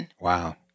Wow